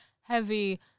heavy